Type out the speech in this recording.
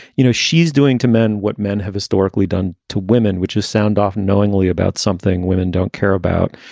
you know, she's doing to men what men have historically done to women, which is soundoff knowingly about something women don't care about.